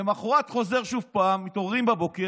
למוחרת חוזר שוב: מתעוררים בבוקר,